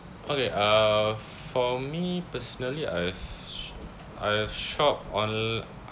okay uh for me personally I've I've shop on~